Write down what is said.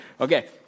Okay